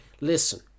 listen